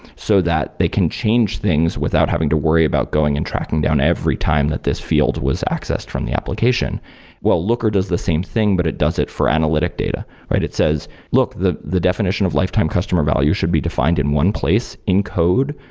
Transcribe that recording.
so that they can change things without having to worry about going and tracking down every time that this field was accessed from the application well, looker does the same thing, but it does it for analytic data, right? it says, look, the the definition of lifetime customer value should be defined in one place in code,